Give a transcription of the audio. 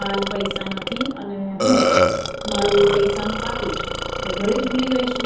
હાલ પૈસા નથી અને હું મારું પૈસાનું પાકીટ તો ઘરે જ ભુલી ગઈ છું